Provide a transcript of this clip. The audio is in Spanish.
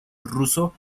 ruso